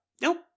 Nope